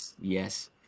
Yes